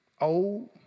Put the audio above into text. old